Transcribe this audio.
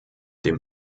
dem